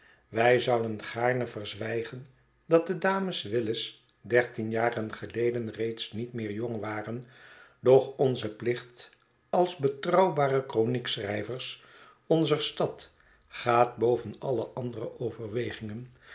wij zouden gaarne verzwijgen dat de dames willis dertien jaren geleden reeds niet meer jong waren doch onze plicht als betrouwbare kroniekschrijvers onzer stad gaat boven alle andere overwegingen